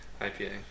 IPA